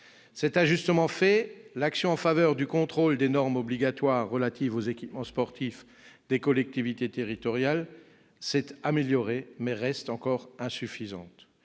Cet ajustement fait, l'action en faveur du contrôle des normes obligatoires relatives aux équipements sportifs des collectivités territoriales s'est améliorée, mais reste encore insuffisante.